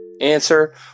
Answer